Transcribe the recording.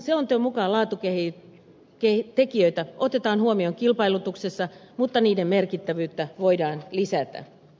selonteon mukaan laatutekijöitä otetaan huomioon kilpailutuksessa mutta niiden merkittävyyttä voidaan lisätä